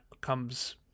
comes